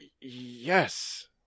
Yes